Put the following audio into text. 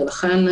ולכן,